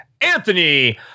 Anthony